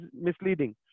misleading